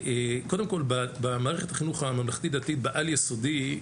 קודם כל במערכת החינוך בממלכתי-דתי העל יסודי,